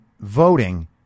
voting